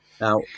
Now